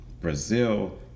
Brazil